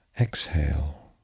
Exhale